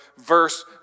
verse